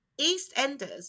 EastEnders